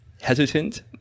hesitant